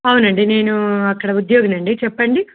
అవునండి నేను అక్కడ ఉద్యోగినండి చెప్పండి